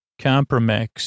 Compromise